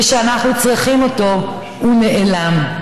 וכשאנחנו צריכים אותו הוא נעלם.